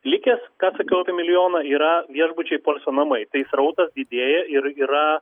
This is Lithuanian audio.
likęs ką sakiau apie milijoną yra viešbučiai poilsio namai tai srautas didėja ir yra